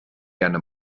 gerne